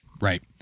Right